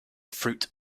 fruit